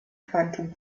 quantum